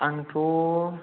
आंथ'